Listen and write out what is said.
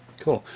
cool.